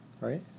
right